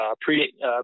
pre